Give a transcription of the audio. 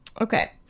Okay